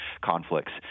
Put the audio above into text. conflicts